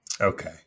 Okay